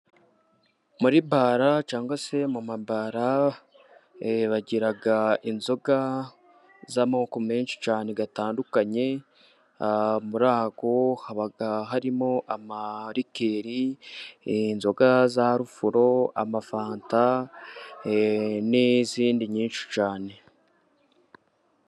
Muri bara, cyangwa se mumabara, bagira inzoga z'amoko menshi cyane yatandukanye, muriyo haba harimo amarikeri, inzoga za rufuro, amafanta n'izindi nyinshi cyane.